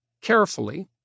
carefully